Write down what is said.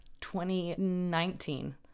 2019